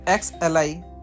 XLI